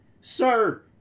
Sir